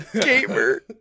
Gamer